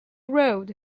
road